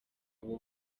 aba